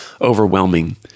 overwhelming